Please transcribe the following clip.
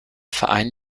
verein